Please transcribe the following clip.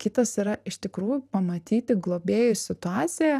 kitas yra iš tikrųjų pamatyti globėjų situaciją